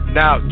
now